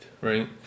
right